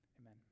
Amen